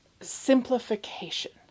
simplification